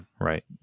Right